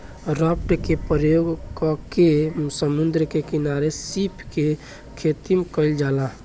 raft के प्रयोग क के समुंद्र के किनारे सीप के खेतीम कईल जाला